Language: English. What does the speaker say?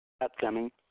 upcoming